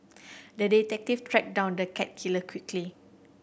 the detective tracked down the cat killer quickly